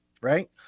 Right